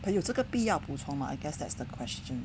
but 有这个必要补充吗 I guess that's the question